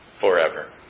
forever